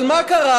אבל מה קרה?